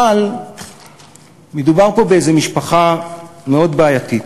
אבל מדובר פה באיזה משפחה מאוד בעייתית,